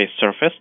surface